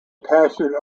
passionate